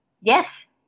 Yes